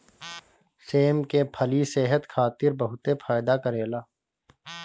सेम के फली सेहत खातिर बहुते फायदा करेला